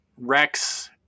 Rex